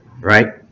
Right